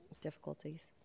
difficulties